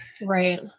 Right